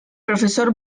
profesor